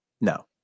No